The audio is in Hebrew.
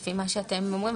לפי מה שאתם אומרים,